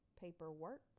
Paperwork